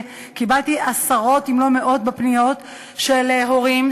קיבלתי עשרות אם לא מאות פניות של הורים,